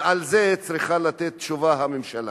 ועל זה צריכה לתת תשובה הממשלה.